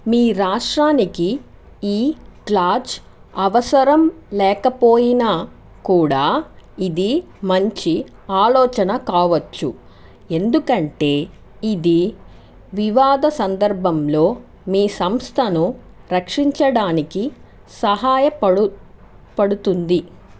మీ రాష్ట్రానికి ఈ క్లాజ్ అవసరం లేకపోయినా కూడా ఇది మంచి ఆలోచన కావొచ్చు ఎందుకు అంటే ఇది వివాదా సందర్భంలో మీ సంస్థను రక్షించడానికి సహాయ పడు పడుతుంది